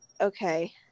Okay